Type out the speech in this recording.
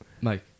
Mike